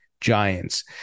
giants